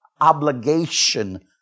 obligation